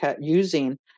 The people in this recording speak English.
using